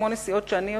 כמו נסיעות שאני עושה,